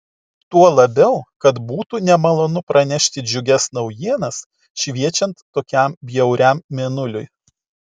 tuo labiau kad būtų nemalonu pranešti džiugias naujienas šviečiant tokiam bjauriam mėnuliui